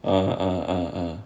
err err err